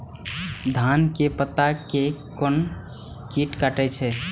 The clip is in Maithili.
धान के पत्ता के कोन कीट कटे छे?